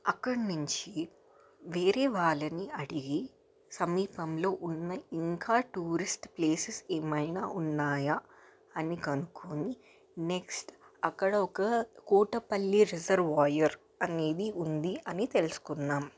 అక్కడి నుంచి వేరే వాళ్ళని అడిగి సమీపంలో ఉన్న ఇంకా టూరిస్ట్ ప్లేసెస్ ఏమైనా ఉన్నాయా అని కనుక్కొని నెక్స్ట్ అక్కడ ఒక కోటపల్లి రిజర్వాయర్ అనేది ఉంది అని తెలుసుకున్నాం